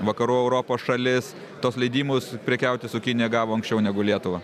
vakarų europos šalis tuos leidimus prekiauti su kinija gavo anksčiau negu lietuva